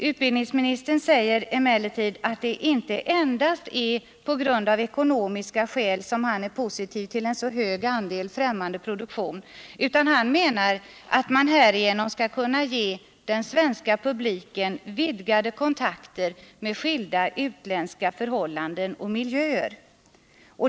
Utbildningsministern säger emellertid att det inte endast är av ekonomiska skäl som han är positiv till en så hög andel främmande produktion, utan han menar att man härigenom skall kunna ge den svenska publiken vidgade kontakter med skilda utländska förhållanden och miljöer.